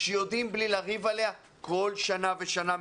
שיודעים בלי לריב עליה כל שנה ושנה מחדש.